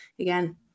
again